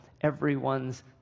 everyone's